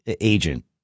agent